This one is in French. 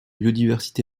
biodiversité